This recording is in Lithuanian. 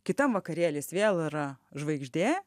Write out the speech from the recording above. kitam vakarėly jis vėl yra žvaigždė